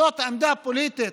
זאת עמדה פעילות,